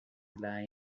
lie